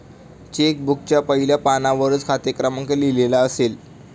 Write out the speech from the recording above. check बुकच्या पहिल्या पानावरच खाते क्रमांक लिहिलेला असेल